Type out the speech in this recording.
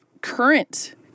current